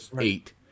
eight